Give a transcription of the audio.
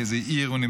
מאיזו עיר הוא,